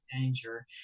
danger